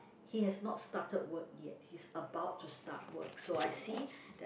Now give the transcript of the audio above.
he has not started work yet he is about to start work so I see that